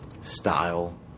style